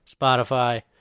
Spotify